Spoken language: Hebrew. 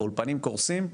האולפנים קורסים,